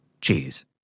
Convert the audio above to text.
cheers